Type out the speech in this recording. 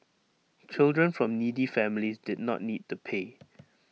children from needy families did not need to pay